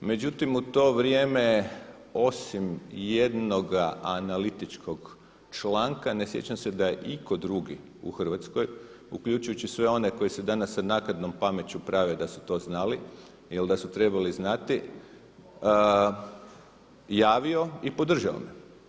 Međutim, u to vrijeme osim jednoga analitičkoga članka ne sjećam se da je itko drugi u Hrvatskoj uključujući i sve one koji se danas sa naknadnom pameću prave da su to znali ili da su trebali znati javio i podržao me.